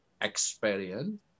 experience